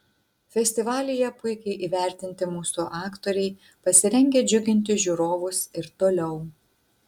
festivalyje puikiai įvertinti mūsų aktoriai pasirengę džiuginti žiūrovus ir toliau